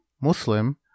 Muslim